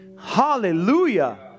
Hallelujah